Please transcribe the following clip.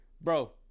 Bro